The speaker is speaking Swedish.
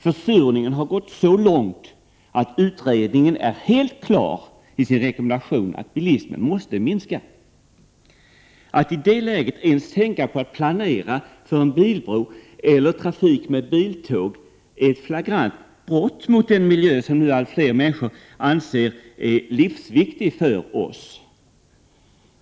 Försurningen har gått så långt att man i utredningen helt klart rekommenderar minskad bilism. Att i det läget ens tänka på att planera för en bilbro eller för trafik med biltåg är ett flagrant brott mot den miljö som allt fler människor nu anser vara livsviktig för oss.